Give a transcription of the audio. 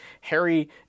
Harry